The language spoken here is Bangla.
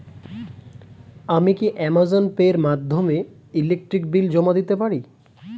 আমি কি অ্যামাজন পে এর মাধ্যমে ইলেকট্রিক বিল জমা দিতে পারি?